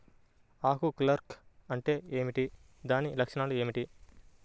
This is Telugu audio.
ఆకు కర్ల్ అంటే ఏమిటి? దాని లక్షణాలు ఏమిటి?